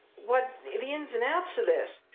what the ins and outs of this.